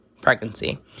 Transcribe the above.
pregnancy